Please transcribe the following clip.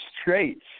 straight